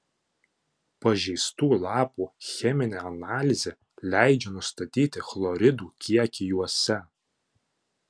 pažeistų lapų cheminė analizė leidžia nustatyti chloridų kiekį juose